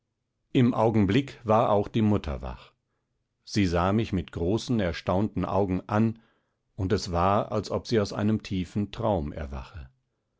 im augenblick war auch die mutter wach sie sah mich mit großen erstaunten augen an und es war als ob sie aus einem tiefen traum erwache